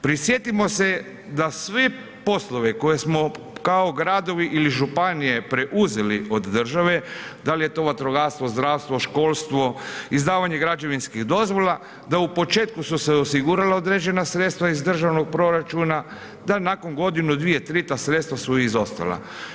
Prisjetimo se da svi poslovi koje smo kao gradovi ili županije preuzeli od države, da li je to vatrogastvo, zdravstvo, školstvo, izdavanje građevinskih dozvola, da u početku su se osigurala određena sredstva iz državnog proračuna, da nakon godinu, 2, 3, ta sredstva su izostala.